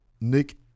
Nick